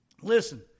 Listen